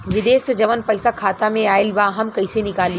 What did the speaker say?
विदेश से जवन पैसा खाता में आईल बा हम कईसे निकाली?